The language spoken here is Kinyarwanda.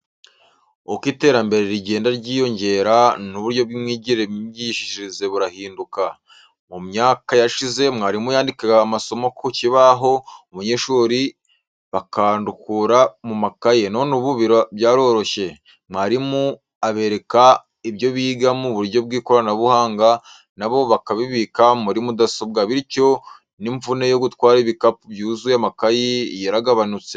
Uko iterambere rigenda ryiyongera n'uburyo bw'imyigire n'imyigishirize burahinduka, mu myaka yashize mwarimu yandikaga amasomo ku kibaho, abanyeshuri bakandukura mu makaye, none ubu ibintu byaroroshye, mwarimu abereka ibyo biga mu buryo bw'ikoranabuhanga na bo bakabibika muri mudasobwa, bityo n'imvune yo gutwara igikapu cyuzuye amakayi yaragabanutse.